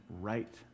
right